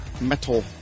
metal